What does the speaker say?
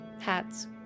hats